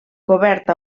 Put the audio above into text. cobert